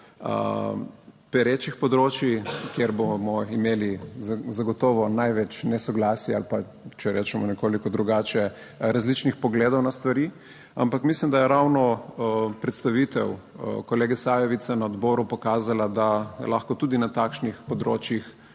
perečih področij, kjer bomo imeli zagotovo največ nesoglasij ali pa, če rečemo nekoliko drugače, različnih pogledov na stvari. Ampak mislim, da je ravno predstavitev kolega Sajovica na odboru pokazala, da lahko tudi na takšnih področjih